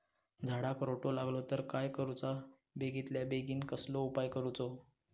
झाडाक रोटो लागलो तर काय करुचा बेगितल्या बेगीन कसलो उपाय करूचो?